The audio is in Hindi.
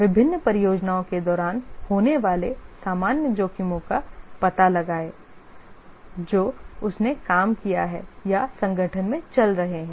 विभिन्न परियोजनाओं के दौरान होने वाले सामान्य जोखिमों का पता लगाएं जो उसने काम किया है या संगठन में चल रहे हैं